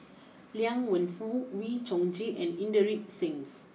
Liang Wenfu Wee Chong Jin and Inderjit Singh